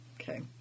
Okay